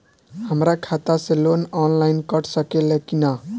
हमरा खाता से लोन ऑनलाइन कट सकले कि न?